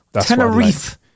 Tenerife